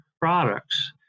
products